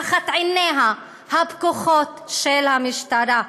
תחת עיניה הפקוחות של המשטרה.